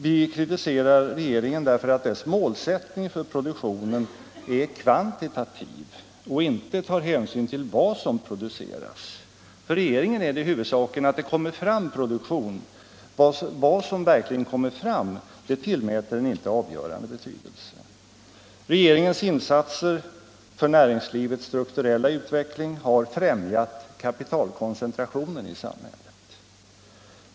Vi kritiserar regeringen därför att dess målsättning för produktionen är kvantitativ och inte tar hänsyn till vad som produceras. För regeringen är det huvudsaken att det kommer fram produktion. Vad som verkligen kommer fram tillmäter den inte avgörande betydelse. Regeringens insatser för näringslivets strukturella utveckling har främjat kapitalkoncentrationen i samhället.